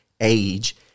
age